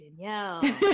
Danielle